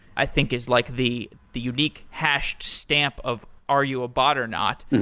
i think, is like the the unique hashed stamp of are you a bot or not.